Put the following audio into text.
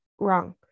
wrong